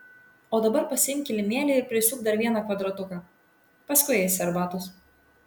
o dabar pasiimk kilimėlį ir prisiūk dar vieną kvadratuką paskui eisi arbatos